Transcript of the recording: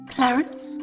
Clarence